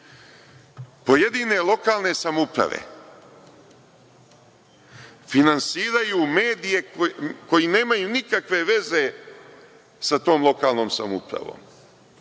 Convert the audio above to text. lokalne samouprave finansiraju medije koji nemaju nikakve veze sa tom lokalnom samoupravom.